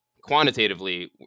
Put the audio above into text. quantitatively